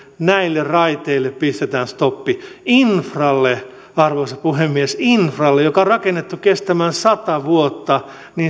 näille raiteille pistetään stoppi infralle arvoisa puhemies infralle joka on rakennettu kestämään sata vuotta